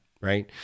right